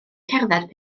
cerdded